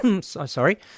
sorry